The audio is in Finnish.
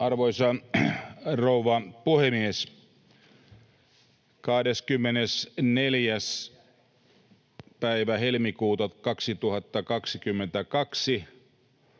Arvoisa rouva puhemies! 24.